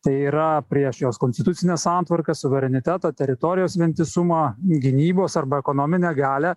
tai yra prieš jos konstitucinę santvarką suverenitetą teritorijos vientisumą gynybos arba ekonominę galią